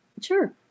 Sure